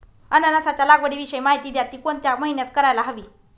अननसाच्या लागवडीविषयी माहिती द्या, ति कोणत्या महिन्यात करायला हवी?